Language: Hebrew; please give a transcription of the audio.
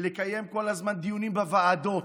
לקיים כל הזמן דיונים בוועדות.